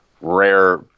rare